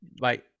Bye